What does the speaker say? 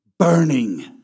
Burning